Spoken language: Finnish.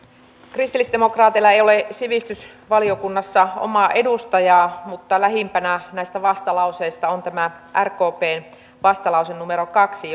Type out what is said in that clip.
kristillisdemokraateilla ei ole sivistysvaliokunnassa omaa edustajaa mutta lähimpänä näistä vastalauseista on tämä rkpn vastalause kaksi